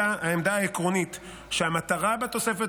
הייתה העמדה העקרונית שהמטרה בתוספת